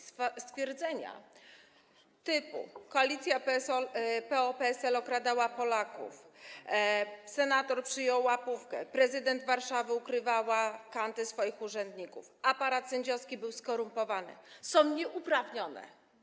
Stwierdzenia typu: „Koalicja PO - PSL okradała Polaków”, „Senator przyjął łapówkę”, „Prezydent Warszawy ukrywała kanty swoich urzędników”, „Aparat sędziowski był skorumpowany” są nieuprawnione.